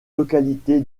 localité